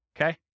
Okay